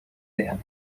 the